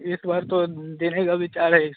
एक बार तो देने का विचार है इसको